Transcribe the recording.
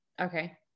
Okay